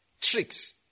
Tricks